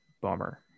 Bummer